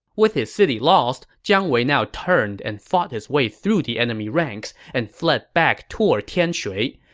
with his city lost, jiang wei now turned and fought his way through the enemy ranks and fled back toward tianshui.